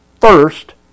first